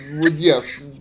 yes